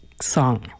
song